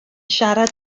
siarad